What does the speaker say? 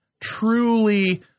truly